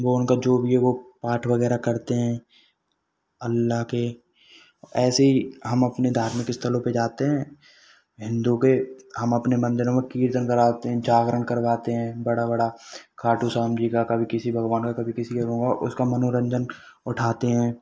वो उनका जो भी है पाठ वगैरह करते हैं अल्ला के ऐसे ही हम अपने धार्मिक स्थलों पे जाते हैं हिन्दू के हम अपने मंदिरों में कीर्तन कराते हैं जागरण करवाते हैं बड़ा बड़ा खाटू शाम जी का कभी किसी भगवान का कभी किसी उसका मनोरंजन उठाते हैं